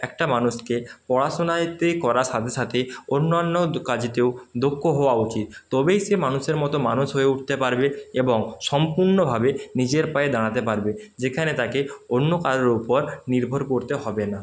একটা মানুষকে পড়াশোনাতে করা সাথে সাথে অন্যান্য কাজেতেও দক্ষ হওয়া উচিত তবেই সে মানুষের মতো মানুষ হয়ে উঠতে পারবে এবং সম্পূর্ণভাবে নিজের পায়ে দাঁড়াতে পারবে যেখানে তাকে অন্য কারোর উপর নির্ভর করতে হবে না